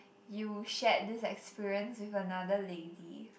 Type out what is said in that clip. you shared this experience with another lady